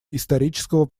исторического